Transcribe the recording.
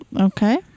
Okay